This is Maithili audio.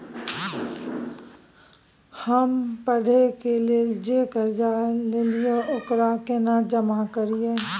हम पढ़े के लेल जे कर्जा ललिये ओकरा केना जमा करिए?